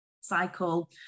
cycle